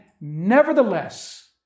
nevertheless